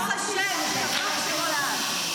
ברוך השם, ישתבח שמו לעד.